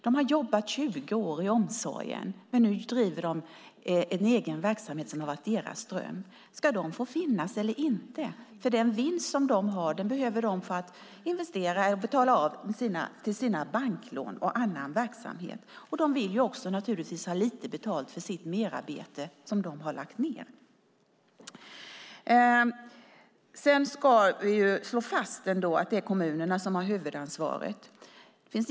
De har jobbat 20 år i omsorgen, men nu driver de en egen verksamhet, som har varit deras dröm. Ska de få finnas eller inte? Den vinst som de har behöver de för att investera, betala av på sina banklån och till annan verksamhet. De vill naturligtvis också ha betalt för sitt merarbete som de har lagt ned. Vi ska ändå slå fast att det är kommunerna som har huvudansvaret.